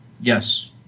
yes